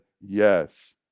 yes